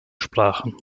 sprachen